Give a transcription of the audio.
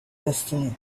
destiny